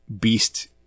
Beast